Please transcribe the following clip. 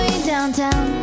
downtown